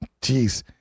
Jeez